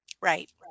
Right